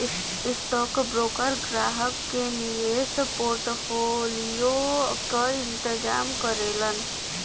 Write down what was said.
stockbroker ग्राहक के निवेश पोर्टफोलियो क इंतजाम करलन